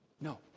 no